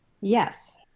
Yes